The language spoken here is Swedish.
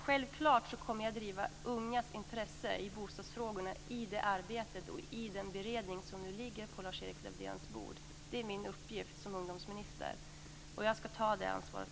Självfallet kommer jag att driva ungas intressen i bostadsfrågorna mitt arbete och i den beredning som nu ligger på Lars-Erik Lövdéns bord. Det är min uppgift som ungdomsminister, och jag ska också ta det ansvaret.